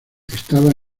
estaba